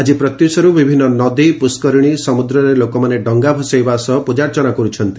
ଆଜି ପ୍ରତ୍ୟୁଷରୁ ବିଭିନ୍ନ ନଦୀ ପୁଷ୍କରିଣୀ ସମୁଦ୍ରରେ ଲୋକମାନେ ଡଙ୍ଗା ଭସାଇବା ସହ ପୂଜାର୍ଚ୍ଚନା କରୁଛନ୍ତି